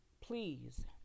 please